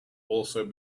also